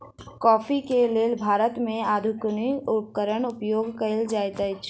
coffee के लेल भारत में आधुनिक उपकरण उपयोग कएल जाइत अछि